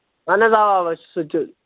اَہن حظ اَوا اَوا سُہ تہِ